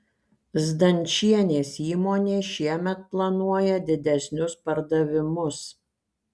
zdančienės įmonė šiemet planuoja didesnius pardavimus